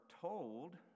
told